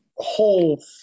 whole